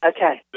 Okay